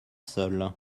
seuls